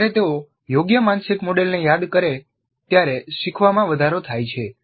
જ્યારે તેઓ યોગ્ય માનસિક મોડેલને યાદ કરે ત્યારે શીખવામાં વધારો થાય છે